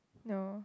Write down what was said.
no